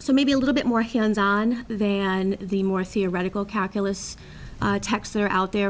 so maybe a little bit more hands on and the more theoretical calculus texts are out there